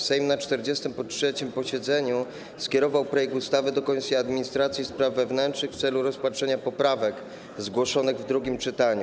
Sejm na 43. posiedzeniu skierował projekt ustawy do Komisji Administracji Spraw Wewnętrznych w celu rozpatrzenia poprawek zgłoszonych w drugim czytaniu.